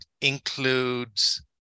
includes